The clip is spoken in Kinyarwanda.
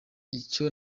icyo